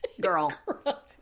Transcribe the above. girl